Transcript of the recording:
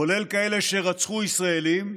כולל כאלה שרצחו ישראלים,